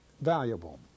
valuable